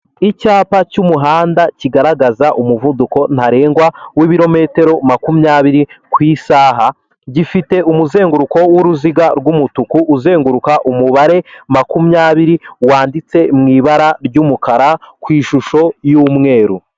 Icyapa cy'umuhanda kigaragaza umuvuduko ntarengwa w'ibirometero makumyabiri ku isaha, gifite umuzenguruko w'uruziga rw'umutuku uzenguruka umubare makumyabiri wanditse mu ibara ry'umukara ku ishusho y'umweru.